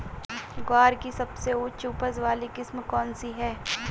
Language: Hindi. ग्वार की सबसे उच्च उपज वाली किस्म कौनसी है?